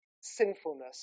sinfulness